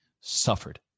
suffered